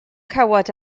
cawod